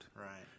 right